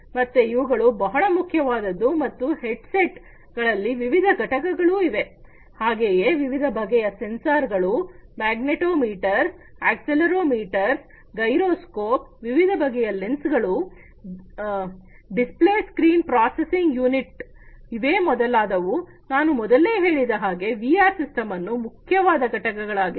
ಮತ್ತೆ ಇವುಗಳು ಬಹಳ ಮುಖ್ಯವಾದದ್ದು ಮತ್ತು ಹೆಡ್ ಸೆಟ್ ಗಳಲ್ಲಿ ವಿವಿಧ ಘಟಕಗಳು ಇದೆ ಹಾಗೆಯೇ ವಿವಿಧ ಬಗೆಯ ಸೆನ್ಸಾರ್ಗಳು ಮಗ್ನೇಟೋಮೀಟರ್ ಅಕ್ಸೆಲೆರೊಮೀಟರ್ ಗೈರೋ ಸ್ಕೋಪ್ ವಿವಿಧ ಬಗೆಯ ಲೆನ್ಸ್ ಗಳು ಡಿಸ್ಪ್ಲೇ ಸ್ಕ್ರೀನ್ ಪ್ರಾಸೆಸಿಂಗ್ ಯೂನಿಟ್ ಇವೇ ಮೊದಲಾದವು ನಾನು ಮೊದಲೇ ಹೇಳಿದ ಹಾಗೆ ವಿಆರ್ ಸಿಸ್ಟಮ್ನ ಮುಖ್ಯವಾದ ಘಟಕಗಳಾಗಿವೆ